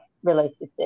relationship